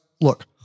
look